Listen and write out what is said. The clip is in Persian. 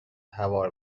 هوار